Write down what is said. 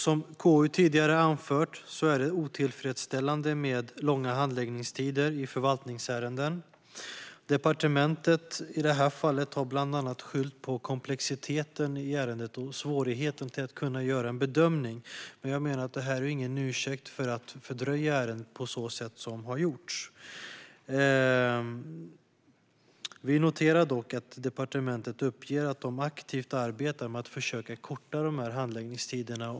Som KU tidigare har anfört är det otillfredsställande med långa handläggningstider i förvaltningsärenden. Departementet i det här fallet har bland annat skyllt på komplexiteten och svårigheten i bedömningen av ärendet. Men jag menar att det inte är en ursäkt för att fördröja ärendet på det sättet. Vi noterar dock att departementet uppger att det aktivt arbetar med att försöka korta handläggningstiderna.